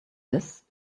this